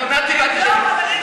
ניאו-נאצים ואנטישמים.